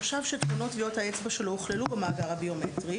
תושב שתמונות טביעות האצבע שלו הוכללו במאגר הביומטרי,